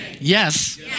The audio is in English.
Yes